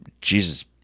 Jesus